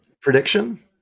Prediction